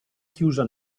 chiusa